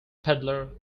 peddler